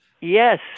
Yes